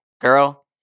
girl